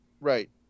Right